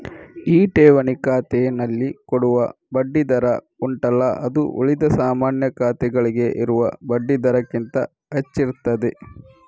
ಈ ಠೇವಣಿ ಖಾತೆನಲ್ಲಿ ಕೊಡುವ ಬಡ್ಡಿ ದರ ಉಂಟಲ್ಲ ಅದು ಉಳಿದ ಸಾಮಾನ್ಯ ಖಾತೆಗಳಿಗೆ ಇರುವ ಬಡ್ಡಿ ದರಕ್ಕಿಂತ ಹೆಚ್ಚಿರ್ತದೆ